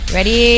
Ready